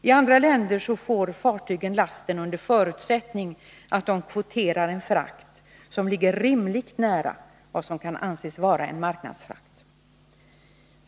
I andra länder får fartygen lasten under förutsättning att de kvoterar en frakt som ligger rimligt nära vad som kan anses vara en marknadsfrakt.